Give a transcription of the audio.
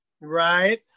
right